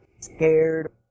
scared